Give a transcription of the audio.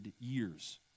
years